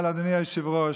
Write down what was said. אבל אדוני היושב-ראש,